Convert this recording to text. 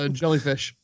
jellyfish